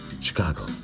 Chicago